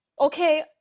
okay